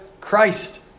Christ